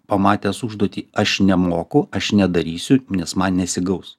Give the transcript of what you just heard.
pamatęs užduotį aš nemoku aš nedarysiu nes man nesigaus